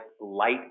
light